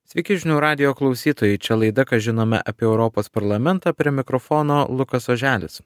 sveiki žinių radijo klausytojai čia laida ką žinome apie europos parlamentą prie mikrofono lukas oželis